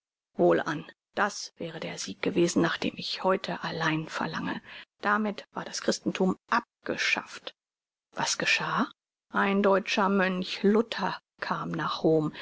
wohlan das wäre der sieg gewesen nach dem ich heute allein verlange damit war das christentum abgeschafft was geschah ein deutscher mönch luther kam nach rom